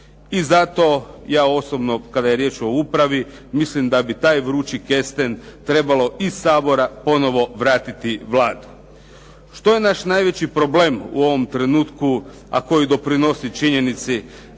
I zato ja osobno kada je riječ o upravi, mislim da bi taj vrući kesten mislim da bi trebalo iz Sabora ponovo vratiti Vladi. Što je naš najveći problem u ovom trenutku, a koji doprinosi činjenici